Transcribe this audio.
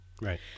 Right